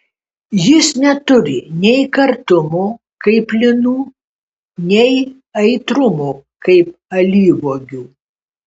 jis neturi nei kartumo kaip linų nei aitrumo kaip alyvuogių